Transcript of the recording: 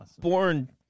born